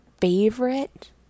favorite